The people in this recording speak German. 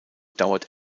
dauert